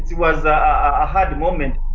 was a hard moment